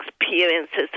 experiences